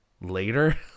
later